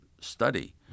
study